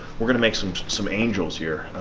we're gonna make some some angels here.